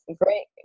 great